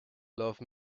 love